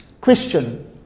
Question